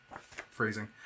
phrasing